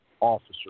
officer